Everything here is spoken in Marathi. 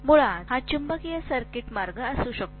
मुळात हा चुंबकीय सर्किट मार्ग असू शकतो